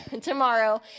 tomorrow